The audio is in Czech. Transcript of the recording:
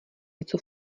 něco